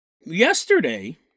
Yesterday